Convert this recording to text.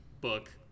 book